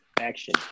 action